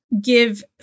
give